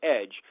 EDGE